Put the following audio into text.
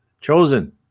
chosen